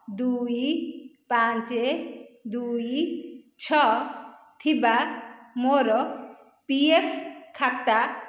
ଦୁଇ ପାଞ୍ଚ ଦୁଇ ଛଅ ଥିବା ମୋର ପି ଏଫ୍ ଖାତା